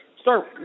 Start